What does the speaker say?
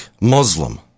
Muslim